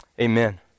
Amen